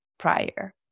Prior